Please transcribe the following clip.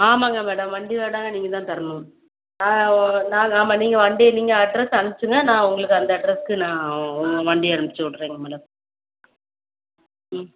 ஆமாங்க மேடம் வண்டி வாடகை நீங்கள்தான் தரணும் ஆ ஓ நாங்கள் ஆமாம் நீங்கள் வண்டி நீங்கள் அட்ரெஸ் அனுச்சுருங்க நான் உங்களுக்கு அந்த அட்ரெஸுக்கு நான் உங்கள் வண்டியை அனுப்பிச்சி விட்றேங்க மேடம் ம்